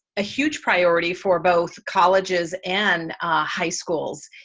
a huge priority for both colleges and high schools.